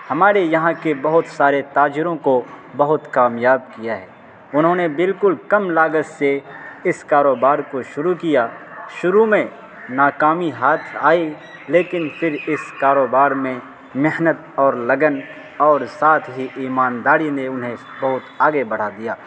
ہمارے یہاں کے بہت سارے تاجروں کو بہت کامیاب کیا ہے انہوں نے بالکل کم لاگت سے اس کاروبار کو شروع کیا شروع میں ناکامی ہاتھ آئی لیکن پھر اس کاروبار میں محنت اور لگن اور ساتھ ہی ایمانداری نے انہیں بہت آگے بڑھا دیا